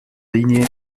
linie